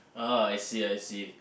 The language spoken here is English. ah I see I see